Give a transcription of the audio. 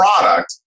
product